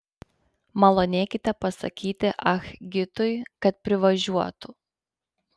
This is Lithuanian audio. malonėkite pasakyti ah gitui kad privažiuotų